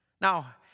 Now